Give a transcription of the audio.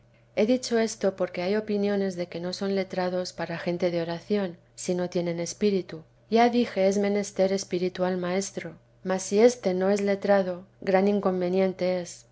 he dicho esto porque hay opiniones de que no son letrados para gente de oración si no tienen espíritu ya dije es menester espiritual maestro mas si éste no es letrado gran inconveniente es